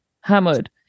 hammered